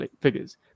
figures